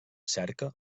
cerca